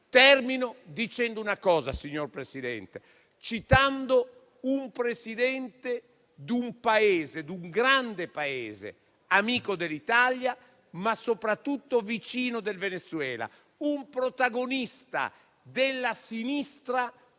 Termino, signor Presidente, citando il Presidente di un grande Paese amico dell'Italia, ma soprattutto vicino del Venezuela, un protagonista della sinistra